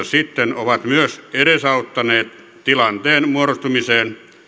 sitten ovat myös edesauttaneet tilanteen muodostumista